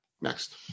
Next